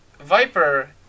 Viper